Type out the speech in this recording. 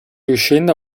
riuscendo